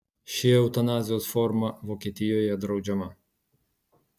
ši eutanazijos forma vokietijoje draudžiama